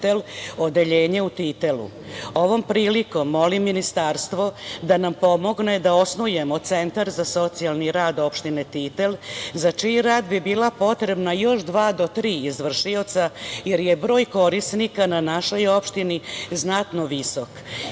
prilikom molim ministarstvo da nam pomogne da osnujemo centar za socijalni rad opštine Titel, za čiji rad bi bila potrebna još dva do tri izvršioca, jer je broj korisnika na našoj opštini znatno visok.